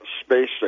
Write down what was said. Space